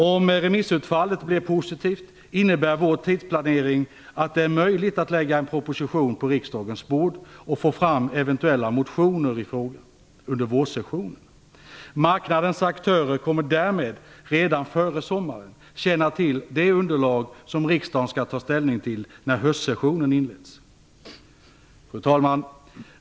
Om remissutfallet blir positivt innebär vår tidsplanering att det är möjligt att lägga en proposition på riksdagens bord och få fram eventuella motioner i frågan under vårsessionen. Marknadens aktörer kommer därmed redan före sommaren att känna till det underlag som riksdagen skall ta ställning till när höstsessionen inleds. Fru talman!